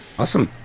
awesome